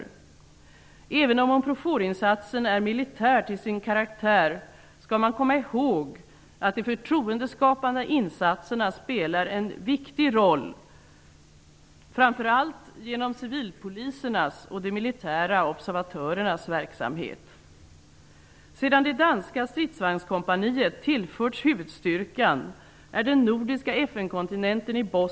Även om Unproforinsatsen är militär till sin karaktär skall man komma ihåg att de förtroendeskapande insatserna spelar en viktig roll, framför allt genom civilpolisernas och de militära observatörernas verksamhet. Bosnien fulltalig.